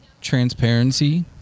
transparency